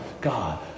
God